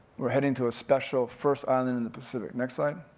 we're heading to a special first island in the pacific, next slide,